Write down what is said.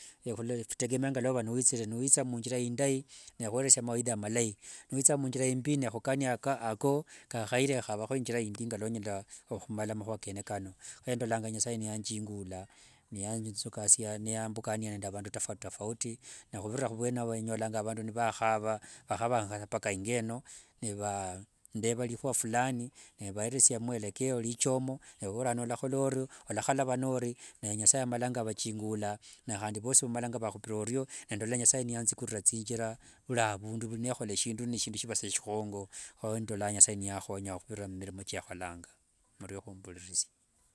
Vitegemea ngilwa witsire, niwitsire mungira indayi nihwa mawaidha malayi, niwitsire mungira imbi nehukaniya ako kaahayire konyaho ingira indi ngolonyala humala mahua kene kano, ho endolanga nyasaye nanjingula nambukania nde vandu tofautitofauti, ne huvirira huvwene ao enyolanga vandu nivahaava, vahavanga sa mpaka ingo eno, nevandeva rihua fulani, nevaeresia muelekeo richomo, vavorera rino olahola ori, olahalavana ori naye nyasaye amalanga achingula ni handi vosi vamalanga vahupira oryo, endola nyasaye nanzikurira tsinjira vuri avundu, vuri nehola eshindu nishiva sa shihongo, ho ndolanga nyasaye niyahonya huvirira hu mirimo kiaholanga, murio humburirisia.